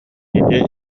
ити